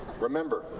remember,